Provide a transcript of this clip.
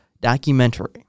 documentary